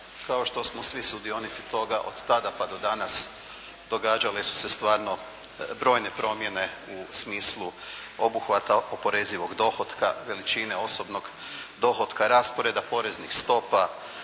kao što smo svi sudionici toga od tada pa do danas događale su se stvarno brojne promjene u smislu obuhvata oporezivog dohotka veličine osobnog dohotka, rasporeda poreznih stopa,